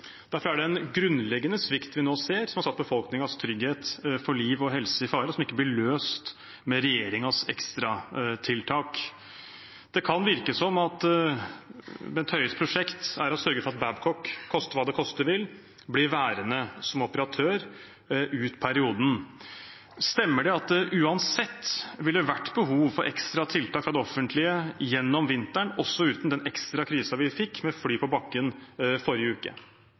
Derfor er det en grunnleggende svikt vi nå ser, som har satt befolkningens trygghet for liv og helse i fare, og som ikke blir løst med regjeringens ekstratiltak. Det kan virke som om Bent Høies prosjekt er å sørge for at Babcock, koste hva det koste vil, blir værende som operatør ut perioden. Stemmer det at det uansett ville vært behov for ekstra tiltak fra det offentlige gjennom vinteren, også uten den ekstra krisen vi fikk med fly på bakken forrige uke?